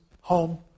home